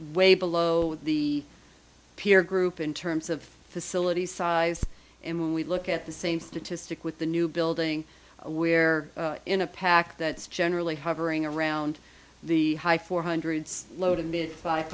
way below the peer group in terms of facilities size and when we look at the same statistic with the new building where in a pack that's generally hovering around the high for hundreds low to mid five